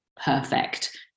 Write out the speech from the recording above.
perfect